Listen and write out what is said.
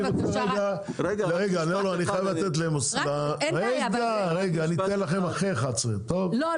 אני חייב לתת ל אני אתן לכם אחרי 11:00. לא,